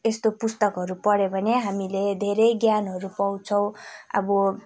यस्तो पुस्तकहरू पढ्यो भने हामीले धेरै ज्ञानहरू पाउँछौँ अब